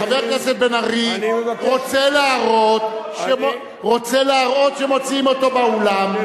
חבר הכנסת בן-ארי רוצה להראות שמוציאים אותו מהאולם,